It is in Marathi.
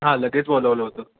हां लगेच बोलवलं होतं